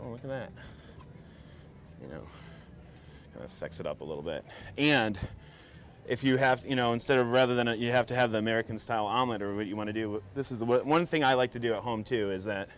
then you know sex it up a little bit and if you have to you know instead of rather than it you have to have the american style omelet or what you want to do this is the one thing i like to do at home too is that